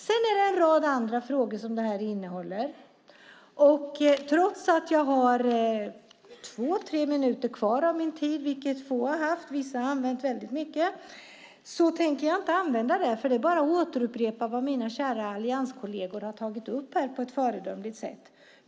Sedan innehåller detta en rad andra frågor, och trots att jag har två tre minuter kvar av min talartid - det har få haft; vissa har använt väldigt mycket - tänker jag inte använda dem, för det skulle bara vara att återupprepa vad mina kära allianskolleger på ett föredömligt sätt har tagit upp.